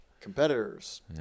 Competitors